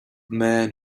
man